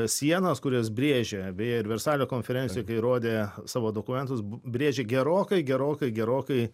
sienas kurias brėžė beje ir versalio konferencijoj kai rodė savo dokumentus brėžė gerokai gerokai gerokai